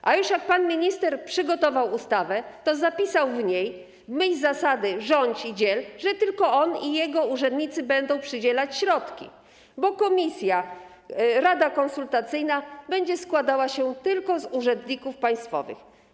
A jak już pan minister przygotował ustawę, to zapisał w niej w myśl zasady: rządź i dziel, że tylko on i jego urzędnicy będą przydzielać środki, bo rada konsultacyjna będzie składała się tylko z urzędników państwowych.